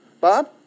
Bob